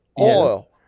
oil